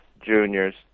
juniors